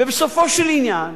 בסופו של עניין